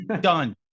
Done